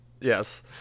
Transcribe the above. Yes